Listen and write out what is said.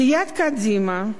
סיעת קדימה,